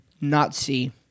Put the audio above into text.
Nazi